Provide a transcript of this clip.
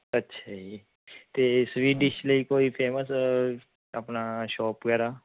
ਅੱਛਾ ਜੀ ਅਤੇ ਸਵੀਟ ਡਿਸ਼ ਲਈ ਕੋਈ ਫੇਮਸ ਆਪਣਾ ਸ਼ੋਪ ਵਗੈਰਾ